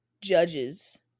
judges